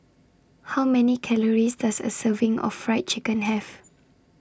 How Many Calories Does A Serving of Fried Chicken Have